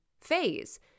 phase